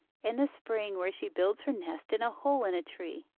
in the spring, where she builds her nest in a hole in a tree,